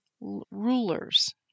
rulers